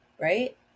right